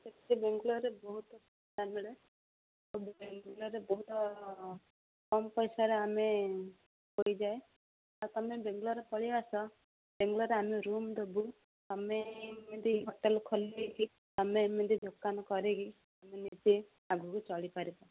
ସେଠି ବାଙ୍ଗଲୋରରେ ବହୁତ ମିଳେ ବାଙ୍ଗଲୋରରେ ବହୁତ କମ୍ ପଇସାରେ ଆମେ ହୋଇଯାଏ ଆଉ ତୁମେ ବାଙ୍ଗଲୋର ପଳେଇଆସ ବେଙ୍ଗଲୋରରେ ଆମେ ରୁମ୍ ଦେବୁ ତୁମେ ଏମିତି ହୋଟେଲ୍ ଖୋଲିକି ତୁମେ ଏମିତି ଦୋକାନ କରିକି ତୁମେ ନିଜେ ଆଗକୁ ଚଳିପାରିବ